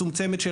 מצומצמת,